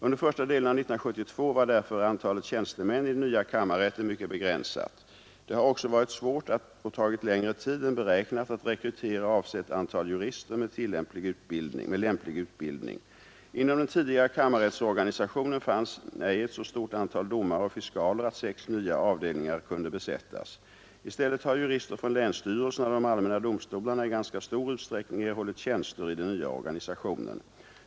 Under första delen av 1972 var därför antalet tjänstemän i den nya kammarrätten mycket begränsat. Det har också varit svårt och tagit längre tid än beräknat att rekrytera avsett antal jurister med lämplig utbildning. Inom den tidigare kammarrättsorganisationen fanns ej ett så stort antal domare och fi skaler att sex nya avdelningar kunde besättas. I stället har jurister från länsstyrelserna och de allmänna domstolarna i ganska stor utsträckning erhållit tjänster i den nya organisationen.